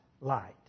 light